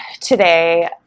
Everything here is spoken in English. today